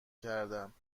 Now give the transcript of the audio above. کردم